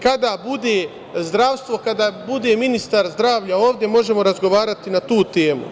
Kada bude zdravstvo, kada bude ministar zdravlja ovde, možemo razgovarati na tu temu.